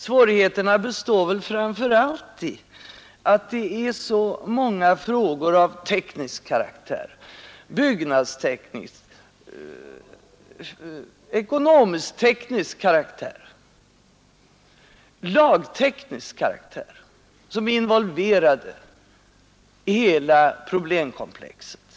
Svårigheterna består väl framför allt däri att det är så många frågor av byggnadsteknisk, ekonomisk-teknisk och lagteknisk karaktär som är involverade i hela problemkomplexet.